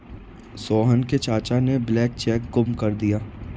सोहन के चाचा ने ब्लैंक चेक गुम कर दिया